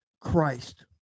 christ